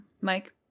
Mike